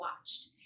watched